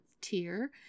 tier